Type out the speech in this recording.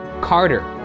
Carter